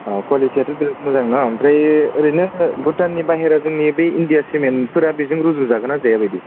अह क्वालिटियाथ' बेराद मोजां न' आमफ्राय ओरैनो भुटाननि बाहेरा जोंनि बे इण्डिया सिमेन्टफ्रा बेजों रुजुजागोन्ना जाया बायदि